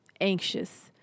anxious